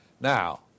Now